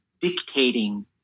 dictating